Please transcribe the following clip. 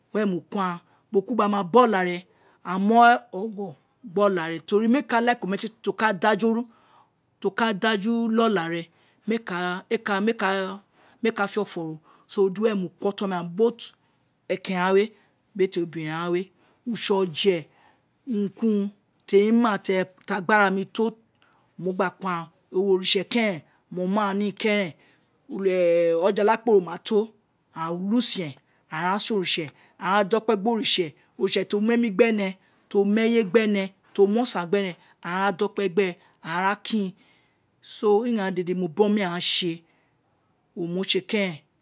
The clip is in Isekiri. Were mo ko aghan, ubo ki ubo ti wo ma bo oláàre, aghan mu ogho gbe oláàre, tori méè ka like ometiétié ti o ka da julé oláàre, ti o ka da ju lé oláà re, méè ka méè ka like ro, were mo ko oton ghan both ẹkẹren ghan wé biri ti ebiren ghan wé usé oje urun ki urun ti emi ma ti agbara mi to mo gba ko aghan, ewé oritse keren mo mu ghan ni keren ojijala-kporo mato aghan hoi usen aghan sen oritse aghan da okpẹ gbe oritse, oritse ti o mu emi gbẹ rẹ, ti o mu eyé gbẹ ne, ti o mu osan gbẹnẹ aghan wa da okpie gbéè awa kin so ighaan dede mo biri oma ghan sé, ohun mo sé kẹrẹn